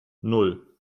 nan